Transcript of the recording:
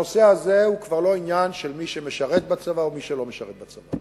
הנושא הזה הוא כבר לא עניין של מי שמשרת בצבא או מי שלא משרת בצבא.